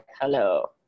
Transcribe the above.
hello